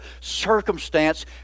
circumstance